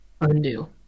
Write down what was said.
Undo